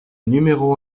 numéro